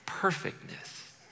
perfectness